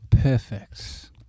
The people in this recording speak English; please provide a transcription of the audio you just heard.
perfect